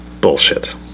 ...bullshit